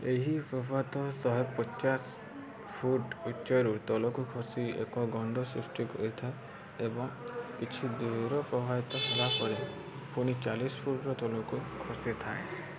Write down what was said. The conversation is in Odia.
ଏହି ପ୍ରପାତ ଶହେ ପଚାଶ ଫୁଟ ଉଚ୍ଚରୁ ତଳକୁ ଖସି ଏକ ଗଣ୍ଡ ସୃଷ୍ଟି କରିଥାଏ ଏବଂ କିଛି ଦୂର ପ୍ରବାହିତ ହେଲାପରେ ପୁଣି ଚାଳିଶି ଫୁଟର ତଳକୁ ଖସିଥାଏ